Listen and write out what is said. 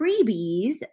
freebies